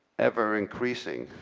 ever increasing.